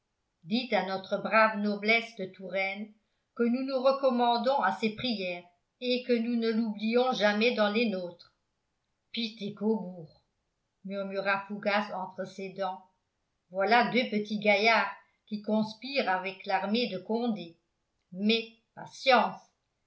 dites à notre brave noblesse de touraine que nous nous recommandons à ses prières et que nous ne l'oublions jamais dans les nôtres pitt et cobourg murmura fougas entre ses dents voilà deux petits gaillards qui conspirent avec l'armée de condé mais patience